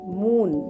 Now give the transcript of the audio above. moon